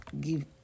give